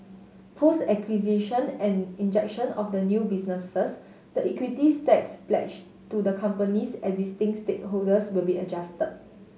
post acquisition and injection of the new businesses the equity stakes pledged to the company's existing stakeholders will be adjusted